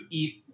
eat